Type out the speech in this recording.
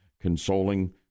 consoling